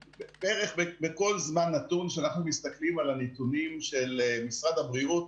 בכל זמן נתון כשאנחנו מסתכלים על הנתונים של משרד הבריאות,